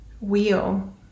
wheel